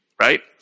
right